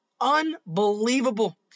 Unbelievable